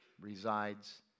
resides